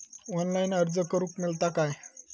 Online अर्ज करूक मेलता काय?